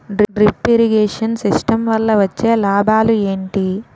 Drip irrigation system వల్ల వచ్చే లాభాలు ఏంటి?